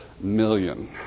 million